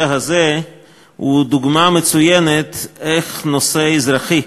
הזה היא דוגמה מצוינת איך נושא אזרחי,